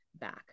back